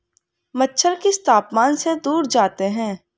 मच्छर किस तापमान से दूर जाते हैं?